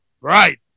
Right